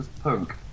punk